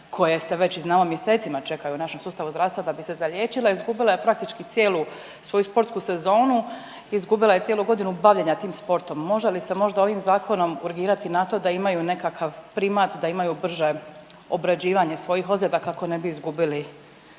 koje se već znamo mjesecima čekaju u našem sustavu zdravstva da bi se zaliječila, izgubila je praktički cijelu svoju sportsku sezoni, izgubila je cijelu godinu bavljenja tim sportom. Može li se možda ovim zakonom urgirati na to da imaju nekakav primat da imaju brže obrađivanje svojih ozljeda kako ne bi izgubili